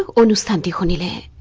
or vanilla